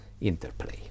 interplay